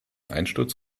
einsturz